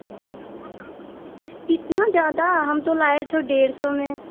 इतना ज़्यादा हम तो लाए थे डेढ़ सौ में